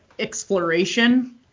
Exploration